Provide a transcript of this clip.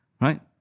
right